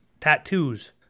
tattoos